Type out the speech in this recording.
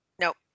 Nope